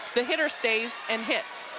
the hitter stays and hits.